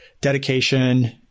dedication